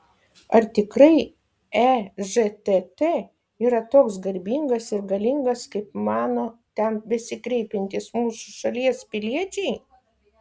ar tikrai ežtt yra toks garbingas ir galingas kaip mano ten besikreipiantys mūsų šalies piliečiai